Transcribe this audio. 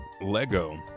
Lego